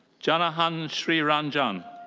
jhanahan sriranjan.